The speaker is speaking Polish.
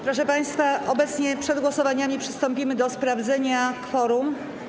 Proszę państwa, obecnie przed głosowaniami przystąpimy do sprawdzenia kworum.